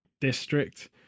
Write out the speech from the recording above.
district